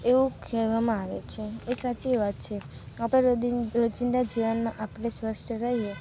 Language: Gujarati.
એવું કહેવામાં આવે છે એ સાચી વાત છે આપણો દિન રોજિંદા જીવનમાં આપણે સ્વસ્થ રહીએ